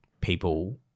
people